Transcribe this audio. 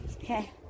Okay